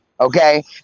Okay